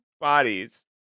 bodies